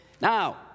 Now